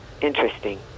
Interesting